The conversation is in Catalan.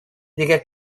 digué